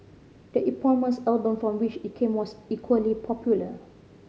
the eponymous album from which it came was equally popular